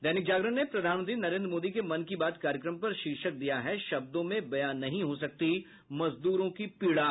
दैनिक जागरण ने प्रधानमंत्री नरेन्द्र मोदी के मन की बात कार्यक्रम पर शीर्षक दिया है शब्दों में बयां नहीं हो सकती मजदूरों की पीड़ा